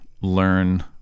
learn